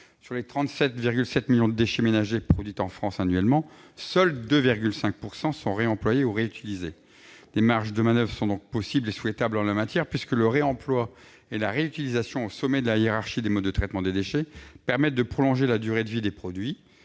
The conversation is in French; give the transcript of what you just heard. Sur les 37,7 millions de tonnes de déchets ménagers que la France produit annuellement, seuls 2,5 % sont réemployés ou réutilisés. Des marges de manoeuvre existent donc en la matière, puisque le réemploi et la réutilisation, au sommet de la hiérarchie des modes de traitement des déchets, permettent de prolonger la durée de vie des produits,